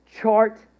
chart